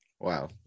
Wow